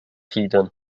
tiden